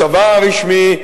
הצבא הרשמי,